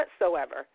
whatsoever